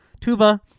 Tuba